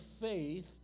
faith